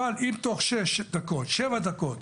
אבל אם תוך שש-שבע דקות